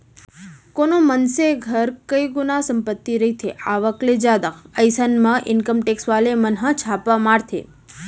कोनो मनसे घर कई गुना संपत्ति रहिथे आवक ले जादा अइसन म इनकम टेक्स वाले मन ह छापा मारथे